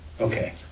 Okay